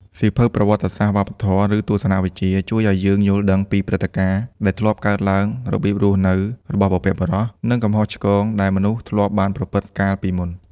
សៀវភៅប្រវត្តិសាស្ត្រ វប្បធម៌ ឬទស្សនវិជ្ជា ជួយឱ្យយើងយល់ដឹងពីព្រឹត្តិការណ៍ដែលធ្លាប់កើតឡើង របៀបរស់នៅរបស់បុព្វបុរស និង កំហុសឆ្គង ដែលមនុស្សធ្លាប់បានប្រព្រឹត្តកាលពីមុន។